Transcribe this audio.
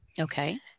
okay